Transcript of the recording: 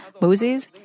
Moses